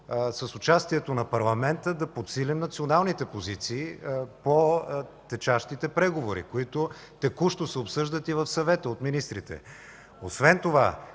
с участието на парламента, да подсилим националните позиции по течащите преговори, които текущо се обсъждат и в Съвета от министрите. Освен това,